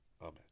Amen